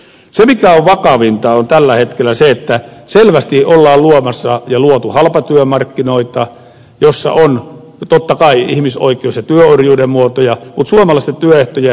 se mikä on vakavinta on tällä hetkellä se että selvästi ollaan luomassa ja on luotu halpatyömarkkinoita joissa on totta kai ihmisoikeus ja työorjuuden muotoja mutta myös suomalaisten työehtojen heikentäminen